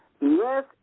Yes